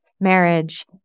marriage